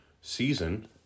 season